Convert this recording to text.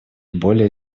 более